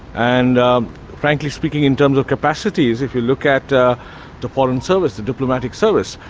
and frankly speaking, in terms of capacities, if you look at ah the foreign service, the diplomatic service,